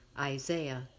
isaiah